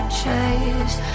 chase